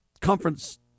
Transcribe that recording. conference